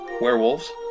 werewolves